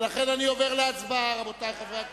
אני עובר להצבעה, רבותי חברי הכנסת.